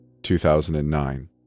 2009